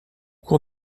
cours